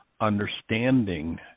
understanding